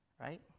right